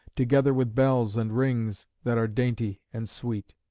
together with bells and rings that are dainty and sweet.